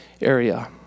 area